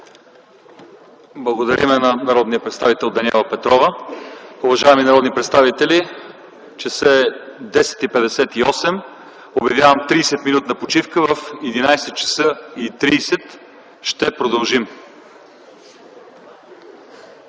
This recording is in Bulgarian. Благодарим на народния представител Даниела Петрова. Уважаеми народни представители, часът е 10,58 ч. Обявявам 30-минутна почивка. В 11,30 ч. ще продължим.